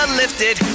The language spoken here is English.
lifted